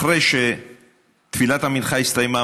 אחרי שתפילת המנחה הסתיימה,